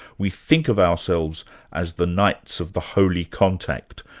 we think of ourselves as the knights of the holy contact.